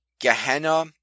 Gehenna